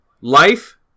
Life